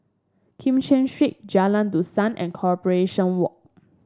Kim Cheng Street Jalan Dusan and Corporation Walk